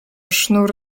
sznur